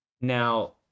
Now